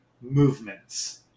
movements